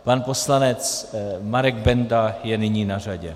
Pan poslanec Marek Benda je nyní na řadě.